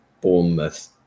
Bournemouth